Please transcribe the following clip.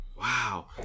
wow